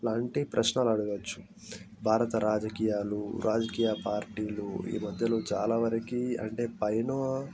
ఇలాంటి ప్రశ్నలు అడగవచ్చు భారత రాజకీయాలు రాజకీయపార్టీలు ఈ మధ్యలో చాలావరకు అంటే పైన